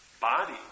Body